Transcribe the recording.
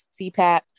cpap